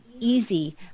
easy